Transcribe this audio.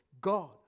God